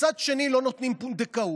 מצד שני לא נותנים פונדקאות,